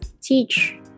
teach